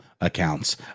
Accounts